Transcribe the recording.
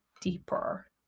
deeper